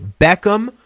Beckham